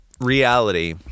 Reality